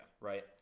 right